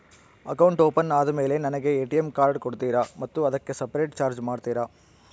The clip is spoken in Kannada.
ಅಕೌಂಟ್ ಓಪನ್ ಆದಮೇಲೆ ನನಗೆ ಎ.ಟಿ.ಎಂ ಕಾರ್ಡ್ ಕೊಡ್ತೇರಾ ಮತ್ತು ಅದಕ್ಕೆ ಸಪರೇಟ್ ಚಾರ್ಜ್ ಮಾಡ್ತೇರಾ?